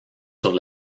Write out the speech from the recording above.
sur